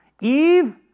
Eve